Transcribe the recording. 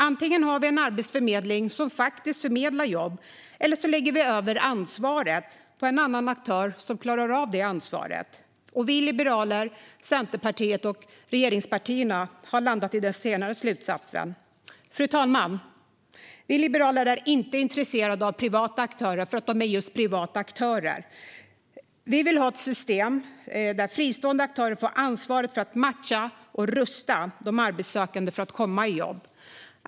Antingen har vi en arbetsförmedling som faktiskt förmedlar jobb eller så lägger vi över ansvaret på en annan aktör som klarar av detta ansvar. Vi liberaler, Centerpartiet och regeringspartierna har landat i den senare slutsatsen. Fru talman! Vi liberaler är inte intresserade av privata aktörer för att de är just privata aktörer. Vi vill ha ett system där fristående aktörer får ansvaret för att matcha och rusta de arbetssökande för att komma i jobb.